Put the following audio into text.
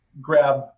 grab